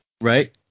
Right